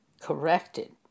corrected